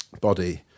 body